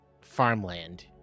farmland